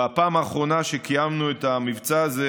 בפעם האחרונה שקיימנו את המבצע הזה